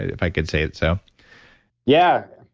if i could say it so yeah.